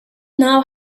know